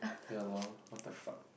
ya lor !what the fuck!